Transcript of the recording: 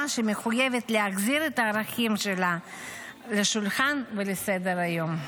שמחויבת להחזיר את הערכים שלה לשולחן ולסדר-היום.